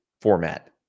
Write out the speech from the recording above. format